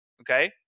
okay